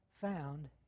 found